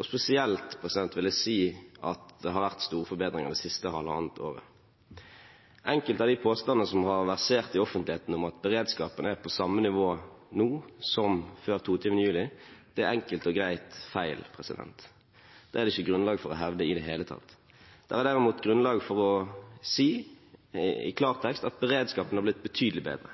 og spesielt vil jeg si at det har vært store forbedringer det siste halvannet året. Enkelte av de påstandene som har versert i offentligheten om at beredskapen er på samme nivå nå som før 22. juli, er enkelt og greit feil. Det er det ikke grunnlag for å hevde i det hele tatt. Det er derimot grunnlag for å si i klartekst at beredskapen er blitt betydelig bedre